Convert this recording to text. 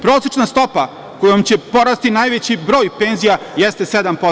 Prosečna stopa kojom će porasti najveći broj penzija jeste 7%